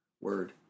word